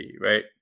right